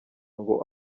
ngo